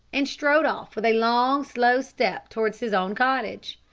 and strode off with a long, slow step towards his own cottage.